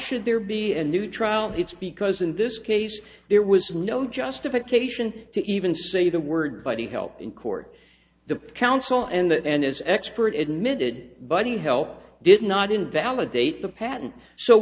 should there be a new trial it's because in this case there was no justification to even say the word body held in court the counsel and his expert admitted buddy help did not invalidate the patent so